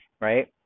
right